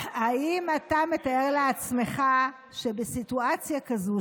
האם אתה מתאר לעצמך שבסיטואציה כזאת,